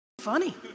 funny